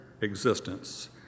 existence